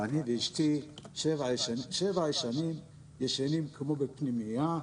ואני ואשתי ישנים כבר שבע שנים כמו בפנימייה.